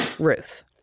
Ruth